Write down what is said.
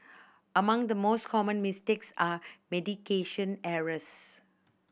among the most common mistakes are medication errors